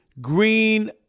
green